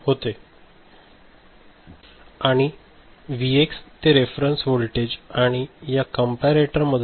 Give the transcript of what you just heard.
आणि व्हीएक्स ते reference voltage आणि या कम्पारेटर मधून